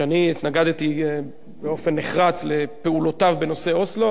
שאני התנגדתי באופן נחרץ לפעולותיו בנושא אוסלו,